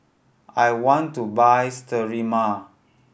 I want to buy Sterimar